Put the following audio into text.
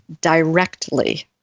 directly